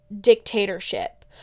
dictatorship